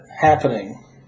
happening